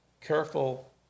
careful